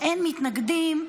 אין מתנגדים,